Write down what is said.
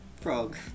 Frog